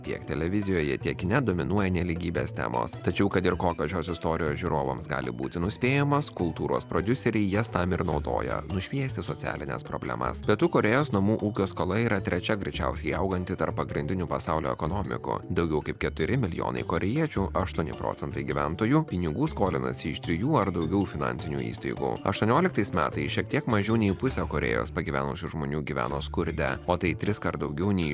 tiek televizijoje tiek kine dominuoja nelygybės temos tačiau kad ir kokios šios istorijos žiūrovams gali būti nuspėjamas kultūros prodiuseriai jas tam ir naudoja nušviesti socialines problemas pietų korėjos namų ūkio skola yra trečia greičiausiai auganti tarp pagrindinių pasaulio ekonomikų daugiau kaip keturi milijonai korėjiečių aštuoni procentai gyventojų pinigų skolinasi iš trijų ar daugiau finansinių įstaigų aštuonioliktais metais šiek tiek mažiau nei pusė korėjos pagyvenusių žmonių gyveno skurde o tai triskart daugiau nei